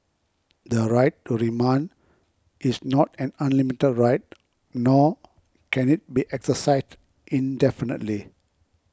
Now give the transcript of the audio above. the right to remand is not an unlimited right nor can it be exercised indefinitely